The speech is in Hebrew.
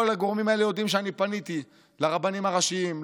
כל הגורמים האלה יודעים שאני פניתי לרבנים הראשיים,